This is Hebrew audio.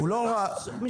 --- זה שירות.